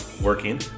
working